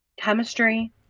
Chemistry